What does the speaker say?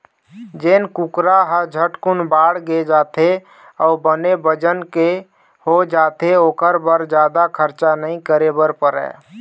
जेन कुकरा ह झटकुन बाड़गे जाथे अउ बने बजन के हो जाथे ओखर बर जादा खरचा नइ करे बर परय